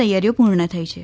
તૈયારીઓ પૂર્ણ થઈ છે